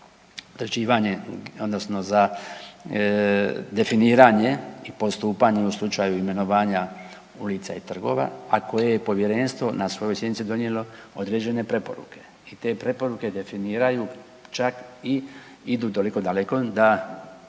za definiranje i postupanje u slučaju imenovanja, ulica i trgova, a koje je Povjerenstvo na svojoj sjednici donijelo određene preporuke i te preporuke definiraju, čak i idu toliko daleko da